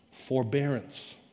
forbearance